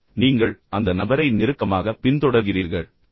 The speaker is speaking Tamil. நீங்கள் அந்த நபரை நெருக்கமாகப் பின்தொடர்கிறீர்கள் என்று